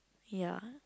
ya